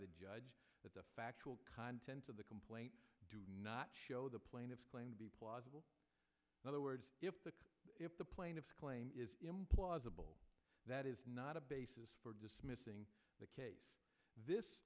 the judge that the factual contents of the complaint do not show the plaintiff's claim to be plausible other words if the if the plaintiff's claim is plausible that is not a basis for dismissing the case this